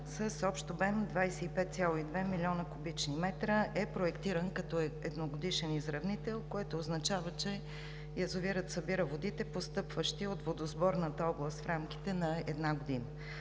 с общ обем 25,2 млн. куб. м е проектиран като едногодишен изравнител, което означава, че язовирът събира водите, постъпващи от водосборната област в рамките на една година,